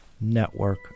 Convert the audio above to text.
network